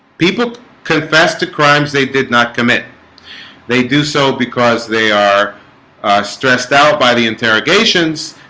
people confess to crimes they did not commit they do so because they are stressed out by the interrogations.